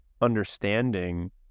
understanding